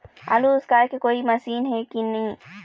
आलू उसकाय के कोई मशीन हे कि नी?